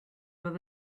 where